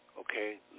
okay